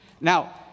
Now